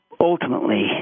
ultimately